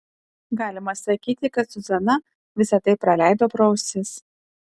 galima sakyti kad zuzana visa tai praleido pro ausis